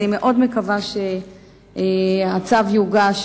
אני מאוד מקווה שהצו יוגש